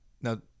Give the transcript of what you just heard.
Now